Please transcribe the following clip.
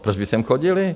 Proč by sem chodili?